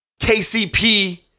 KCP